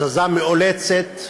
הזזה מאולצת,